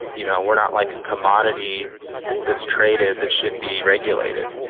you know, we're not like a commodity that's traded, that should be regulated.